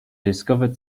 discovered